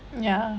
ya